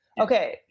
okay